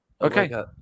Okay